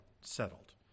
settled